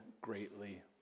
greatly